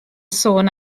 sôn